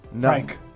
Frank